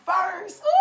first